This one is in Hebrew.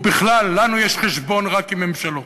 ובכלל, לנו יש חשבון רק עם ממשלות.